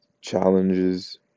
challenges